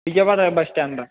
Vijayawada bus stand